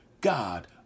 God